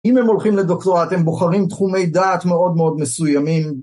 אם הם הולכים לדוקטורט, הם בוחרים תחומי דעת מאוד מאוד מסוימים.